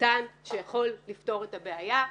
קטן שיכול לפתור את הבעיה.